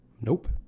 Nope